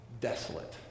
desolate